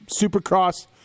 Supercross